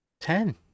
ten